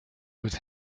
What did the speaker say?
with